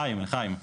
לחיים.